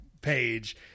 page